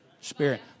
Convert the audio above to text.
Spirit